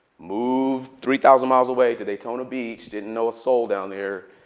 moved three thousand miles away to daytona beach, didn't know a soul down there.